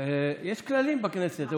יש כללים בכנסת.